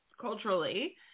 culturally